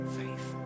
faith